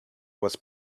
was